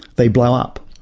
they blow up.